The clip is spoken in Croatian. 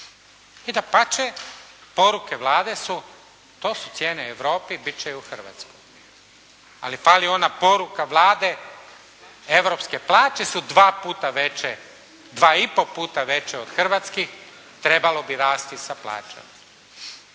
I dapače poruke Vlade su to su cijene u Europi, bit će i u Hrvatskoj. Ali da li ona poruka Vlade europske plaće su dva puta veće, dva i po puta veće od hrvatskih trebalo bi rasti sa plaćama.